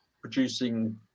Producing